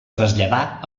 traslladà